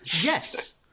yes